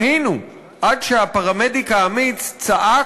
בהינו, עד שהפרמדיק האמיץ צעק,